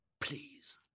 please